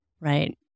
right